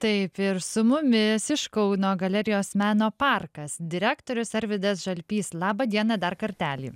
taip ir su mumis iš kauno galerijos meno parkas direktorius arvydas žalpys laba diena dar kartelį